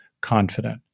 confident